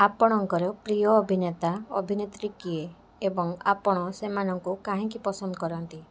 ଆପଣଙ୍କର ପ୍ରିୟ ଅଭିନେତା ଅଭିନେତ୍ରୀ କିଏ ଏବଂ ଆପଣ ସେମାନଙ୍କୁ କାହିଁକି ପସନ୍ଦ କରନ୍ତି